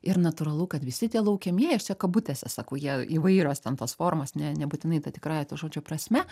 ir natūralu kad visi tie laukiamieji aš čia kabutėse sakau jie įvairios ten tos formos ne nebūtinai ta tikrąja to žodžio prasme